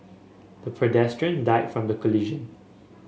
the pedestrian died from the collision